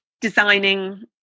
designing